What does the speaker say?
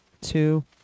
two